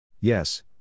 Yes